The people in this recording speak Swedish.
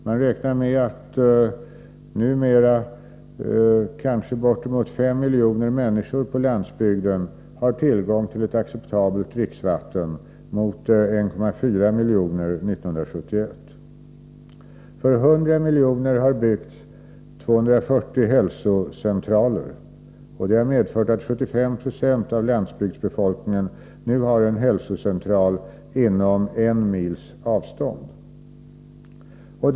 Man räknar med att numera kanske bortemot 5 miljoner människor på landsbygden har tillgång till ett acceptabelt dricksvatten, mot 1,4 miljoner 1971. För 100 miljoner har byggts 240 hälsocentraler. Det har medfört att 75 960 av landsbygdsbefolkningen nu har en hälsocentral inom en mils avstånd.